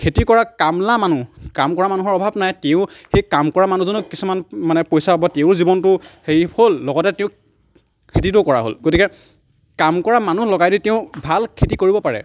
খেতি কৰা কামলা মানুহ কাম কৰা মানুহৰ অভাৱ নাই তেওঁ সেই কাম কৰা মানুহজনক কিছুমান মানে পইচা পাব তেওঁৰ জীৱনটোও হেৰি হ'ল লগতে তেওঁ খেতিটোও কৰা হ'ল গতিকে কাম কৰা মানুহ লগাই দি তেওঁ ভাল খেতি কৰিব পাৰে